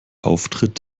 auftritt